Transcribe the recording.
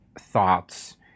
thoughts